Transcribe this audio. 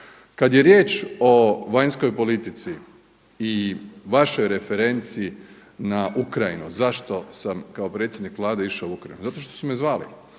Kad je riječ o vanjskoj politici i vašoj referenci na Ukrajinu zašto sam kao predsjednik Vlade išao u Ukrajinu? Zato što su me zvali.